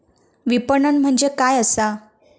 विपणन म्हणजे काय असा?